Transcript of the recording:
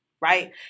right